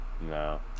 No